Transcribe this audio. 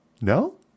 No